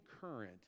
current